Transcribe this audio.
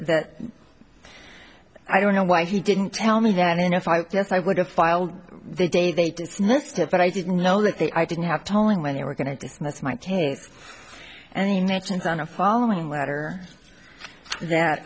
that i don't know why he didn't tell me that enough i guess i would have filed the day they dismissed it but i didn't know that they i didn't have tolling when they were going to dismiss my case and the nations on the following letter that